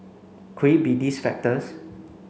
could it be these factors